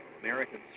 Americans